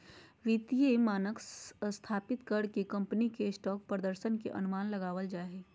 वित्तीय मानक स्थापित कर के कम्पनी के स्टॉक प्रदर्शन के अनुमान लगाबल जा हय